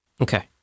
Okay